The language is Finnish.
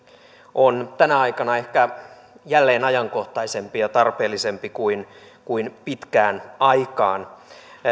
on tänä aikana ehkä jälleen ajankohtaisempi ja ja tarpeellisempi kuin kuin pitkään aikaan